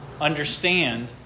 understand